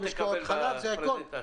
תקבל בפרזנטציה.